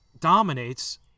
dominates